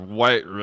White